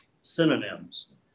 synonyms